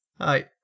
Hi